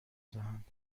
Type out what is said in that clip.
دهند